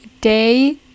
day